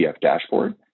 dashboard